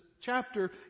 chapter